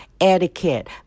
etiquette